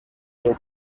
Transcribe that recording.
will